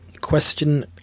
Question